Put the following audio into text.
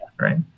Right